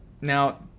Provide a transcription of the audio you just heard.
Now